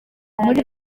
muri